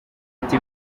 ati